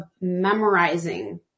memorizing